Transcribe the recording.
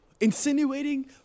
insinuating